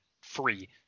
free